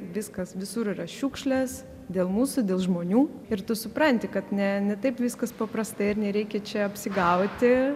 viskas visur yra šiukšlės dėl mūsų dėl žmonių ir tu supranti kad ne ne taip viskas paprasta ir nereikia čia apsigauti